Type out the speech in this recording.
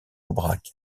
aubrac